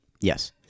Yes